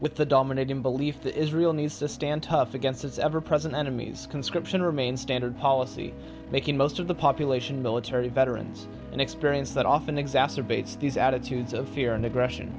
with the dominating belief that israel needs to stand tough against its ever present enemies conscription remain standard policy making most of the population military veterans an experience that often exacerbates these attitudes of fear and aggression